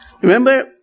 Remember